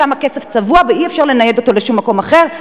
שם הכסף צבוע ואי-אפשר לנייד אותו לשום מקום אחר.